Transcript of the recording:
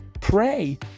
pray